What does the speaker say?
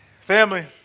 Family